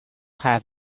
have